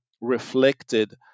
reflected